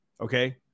okay